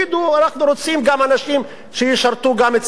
אנחנו רוצים גם אנשים שישרתו גם אצלנו.